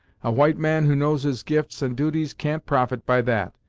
a white man who knows his gifts and duties can't profit by that,